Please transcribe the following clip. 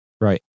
Right